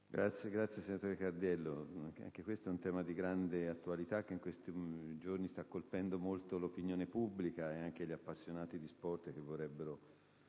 apre una nuova finestra"). Anche questo è un tema di grande attualità, che in questi giorni sta colpendo molto l'opinione pubblica ed anche gli appassionati di sport che vorrebbero